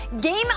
Game